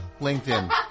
LinkedIn